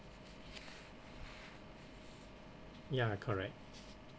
ya correct